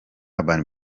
urban